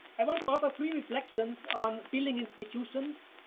i want to offer three reflections on building institutions.